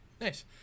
Nice